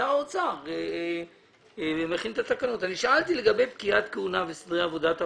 שר האוצר מכין את התקנות.